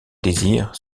désirs